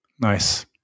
Nice